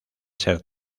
ser